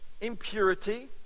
impurity